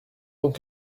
donc